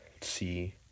see